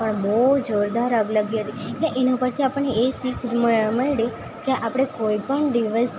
પણ બહુ જોરદાર આગ લાગી હતી એના ઉપરથી આપણને એ શીખ મળી કે આપણે કોઈ પણ દિવસ